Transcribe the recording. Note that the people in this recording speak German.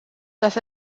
dass